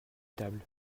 table